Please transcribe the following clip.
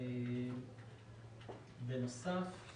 בנוסף,